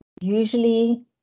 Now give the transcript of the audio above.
usually